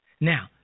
Now